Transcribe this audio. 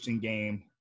game